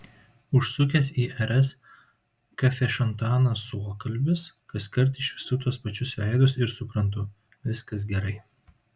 užsukęs į rs kafešantaną suokalbis kaskart išvystu tuos pačius veidus ir suprantu viskas gerai